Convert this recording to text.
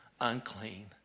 unclean